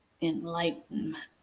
enlightenment